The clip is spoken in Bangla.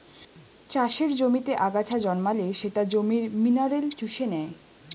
চাষের জমিতে আগাছা জন্মালে সেটা জমির মিনারেল চুষে নেয়